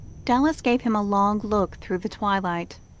dallas gave him a long look through the twilight.